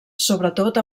sobretot